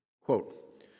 Quote